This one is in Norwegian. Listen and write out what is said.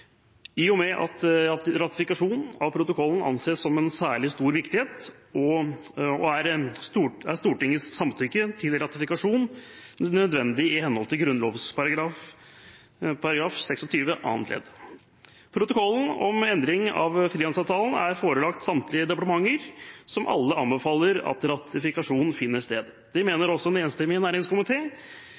I og med at ratifikasjon av protokollen anses som en sak av særlig stor viktighet, er Stortingets samtykke til ratifikasjon nødvendig i henhold til Grunnloven § 26 annet ledd. Protokollen om endring av frihandelsavtalen er forelagt samtlige departementer, som alle anbefaler at ratifikasjon finner sted. Det mener også en enstemmig